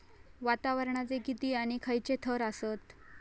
वातावरणाचे किती आणि खैयचे थर आसत?